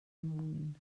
moon